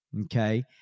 okay